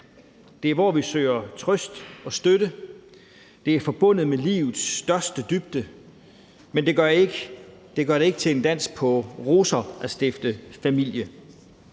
Det er der, vi søger trøst og støtte. Det er forbundet med livets største dybde, men det gør det ikke til en dans på roser at stifte familie.